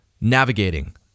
navigating